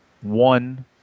one